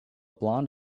blond